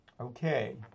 Okay